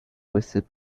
listed